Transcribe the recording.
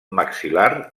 maxil·lar